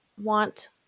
want